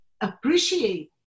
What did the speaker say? appreciate